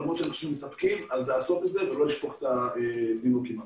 לעשות את זה ולא לשפוך את התינוק עם המים.